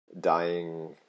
dying